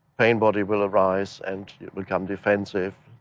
pain-body will arise and you become defensive.